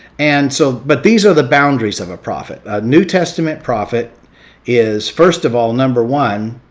and so, but these are the boundaries of a prophet a new testament prophet is first of all, number one